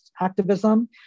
activism